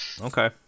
okay